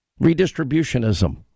redistributionism